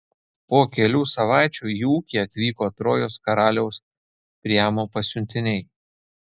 po kelių savaičių į ūkį atvyko trojos karaliaus priamo pasiuntiniai